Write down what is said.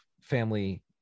family